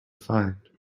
find